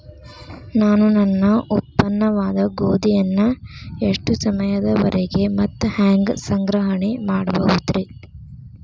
ನಾನು ನನ್ನ ಉತ್ಪನ್ನವಾದ ಗೋಧಿಯನ್ನ ಎಷ್ಟು ಸಮಯದವರೆಗೆ ಮತ್ತ ಹ್ಯಾಂಗ ಸಂಗ್ರಹಣೆ ಮಾಡಬಹುದುರೇ?